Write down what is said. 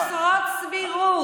חסרות סבירות,